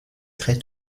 très